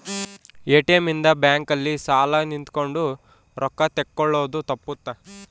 ATM ಇಂದ bank ಅಲ್ಲಿ ಸಾಲ್ ನಿಂತ್ಕೊಂಡ್ ರೊಕ್ಕ ತೆಕ್ಕೊಳೊದು ತಪ್ಪುತ್ತ